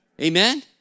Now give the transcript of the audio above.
amen